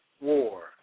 war